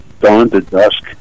dawn-to-dusk